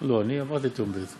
לא, אני עברתי את יום ב'.